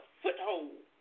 foothold